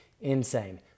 insane